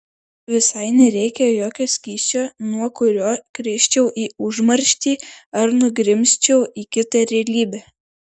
visai nereikia jokio skysčio nuo kurio krisčiau į užmarštį ar nugrimzčiau į kitą realybę